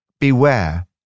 Beware